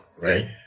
right